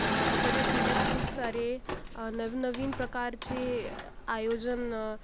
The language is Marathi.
अकोला जिल्ह्यात खूप सारे नवनवीन प्रकारचे आयोजन